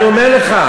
אני אומר לך,